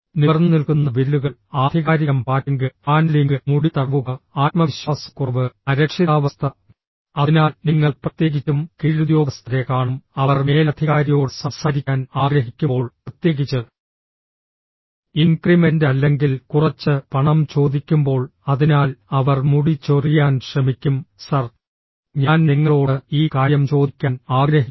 നിവർന്നുനിൽക്കുന്ന വിരലുകൾ ആധികാരികം patting fondling മുടി തടവുക ആത്മവിശ്വാസക്കുറവ് അരക്ഷിതാവസ്ഥ അതിനാൽ നിങ്ങൾ പ്രത്യേകിച്ചും കീഴുദ്യോഗസ്ഥരെ കാണും അവർ മേലധികാരിയോട് സംസാരിക്കാൻ ആഗ്രഹിക്കുമ്പോൾ പ്രത്യേകിച്ച് ഇൻക്രിമെൻ്റ് അല്ലെങ്കിൽ കുറച്ച് പണം ചോദിക്കുമ്പോൾ അതിനാൽ അവർ മുടി ചൊറിയാൻ ശ്രമിക്കും സർ ഞാൻ നിങ്ങളോട് ഈ കാര്യം ചോദിക്കാൻ ആഗ്രഹിക്കുന്നു